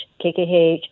KKH